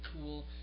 cool